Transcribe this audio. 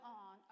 on